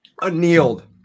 Annealed